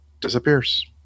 disappears